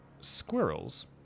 squirrels